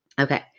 Okay